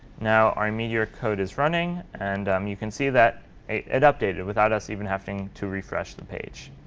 now our meteor code is running. and um you can see that it updated, without us even having to refresh the page.